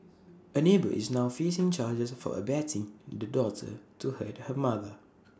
A neighbour is now facing charges for abetting the daughter to hurt her mother